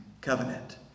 covenant